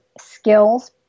skills